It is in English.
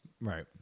Right